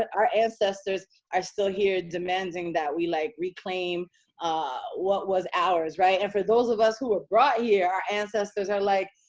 but our ancestors are still here demanding that we, like, reclaim what was ours. right. and for those of us who were brought here, yeah our ancestors are like,